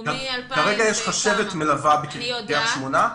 כרגע יש חשבת מלווה בקריית שמונה.